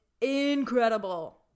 incredible